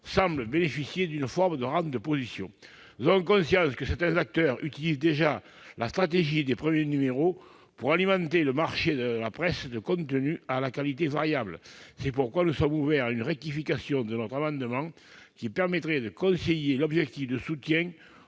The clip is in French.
semblent bénéficier d'une forme de rente de position. Nous avons conscience que certains acteurs utilisent déjà la stratégie des premiers numéros pour alimenter le marché de la presse de contenus à la qualité variable. C'est pourquoi nous sommes ouverts à une rectification de notre amendement, qui permettrait de concilier l'objectif de soutien